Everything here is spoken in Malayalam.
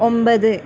ഒൻപത്